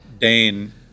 Dane